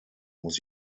muss